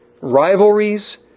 rivalries